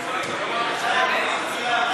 הרפורמים הם בלעם?